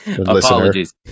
Apologies